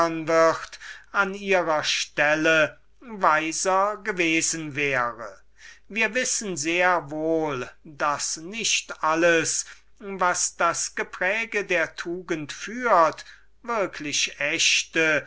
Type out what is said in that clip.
an ihrer stelle weiser gewesen wäre wir wissen sehr wohl daß nicht alles was das gepräge der tugend führt würklich echte